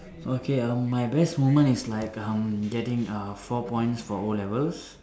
okay um my best moment is like um getting err four points for O-levels